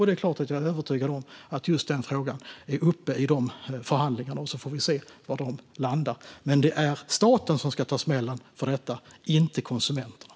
Det är klart att jag är övertygad om att just den frågan är uppe i de förhandlingarna, och vi får se vad de landar i. Det är dock staten som ska ta smällen för detta, inte konsumenterna.